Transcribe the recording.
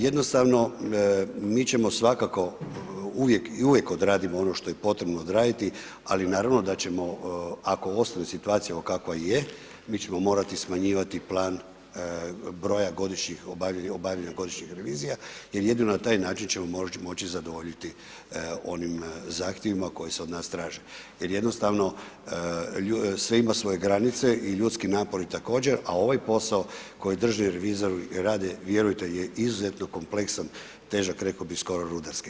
Jednostavno, mi ćemo svakako uvijek, i uvijek odradimo ono što je potrebno odraditi, ali naravno da ćemo, ako ostane situacija, evo kakva je, mi ćemo morati smanjivati plan broja godišnjih obavljenih godišnjih revizija jer jedino na taj način ćemo moći zadovoljiti onih zahtjevima koji se od nas traže, jer jednostavno sve ima svoje granice i ljudski napori također, a ovaj posao koji drži revizor, rade, vjerujte je izuzetno kompleksan, težak, rekao bih, skoro rudarski.